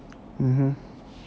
mmhmm